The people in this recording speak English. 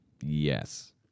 Yes